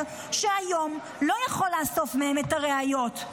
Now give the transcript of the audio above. שהיום לא יכול לאסוף מהם את הראיות.